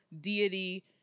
deity